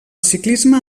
ciclisme